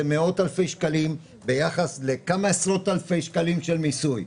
מאוד אלפי שקלים ביחס לכמה עשרות אלפי שקלים של מיסוי,